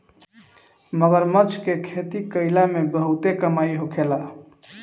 मगरमच्छ के खेती कईला में बहुते कमाई होखेला